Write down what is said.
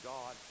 God